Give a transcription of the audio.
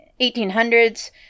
1800s